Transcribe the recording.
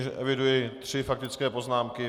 Nyní eviduji tři faktické poznámky.